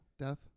death